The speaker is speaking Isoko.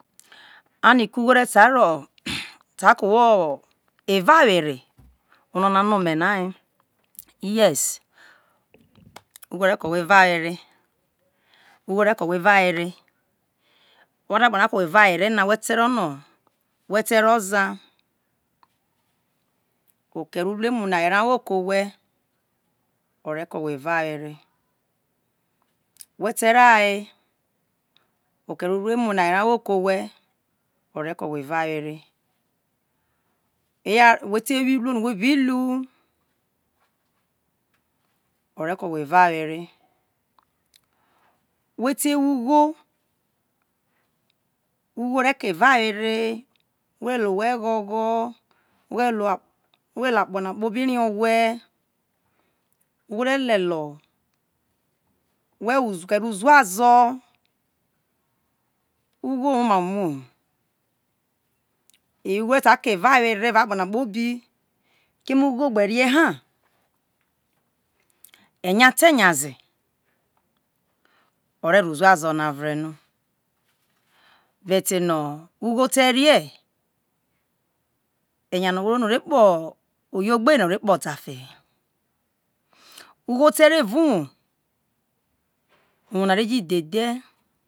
Ani ko ugho re sai ko owho evawere? Ono na no me na ye yes ugho re ko owho evawere owa ro akpo na ke owe evawere no we te rono whe te ro oza okere uruemu no aye ra owo ko owhe ore ke evawere we te ro aye okere uruemu no aye ra owo ko owhe ore ko we eva were iya we te bi wo iluo no we bi lu ore ko owe evawere wete wo ugho, ugho re ke evawere ore lelie owe gho gho lelie akpo za kpobi rie owha ugho re le lieo we wo oghere uzuazo ugho woma umoho ere ta ke evawere evao akpo na kpobi keme ugho gbe rie na eya te nyaze ore ro uzuazo na ureno but no ugho te rie umo na re wo evawere ugho terie eya no wo re no ore kpe oyegbe na ore kpe oyegbe na ore kpe odafe he. Ugho te re evao umo umo na re jo dhe dhe